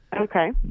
Okay